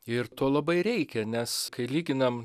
ir to labai reikia nes kai lyginam